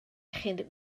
chi